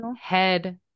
Head